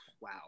Wow